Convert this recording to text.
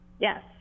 Yes